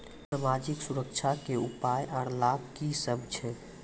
समाजिक सुरक्षा के उपाय आर लाभ की सभ छै?